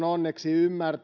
onneksi